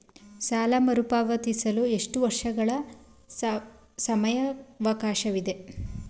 ಸಾಲ ಮರುಪಾವತಿಸಲು ಎಷ್ಟು ವರ್ಷಗಳ ಸಮಯಾವಕಾಶವಿದೆ?